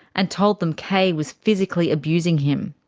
and told them kay was physically abusing him.